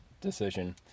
decision